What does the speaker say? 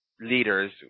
leaders